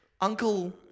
Uncle